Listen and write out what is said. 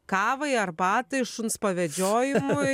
kavai arbatai šuns pavedžiojimui